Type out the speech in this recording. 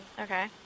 Okay